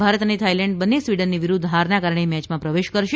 ભારત અને થાઇલેન્ડ બન્ને સ્વીડનની વિરુધ્ધ હારના કારણે મેચમાં પ્રવેશ કરશે